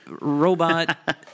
robot